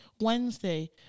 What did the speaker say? Wednesday